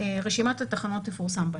רשימת התחנות תפורסם בערב.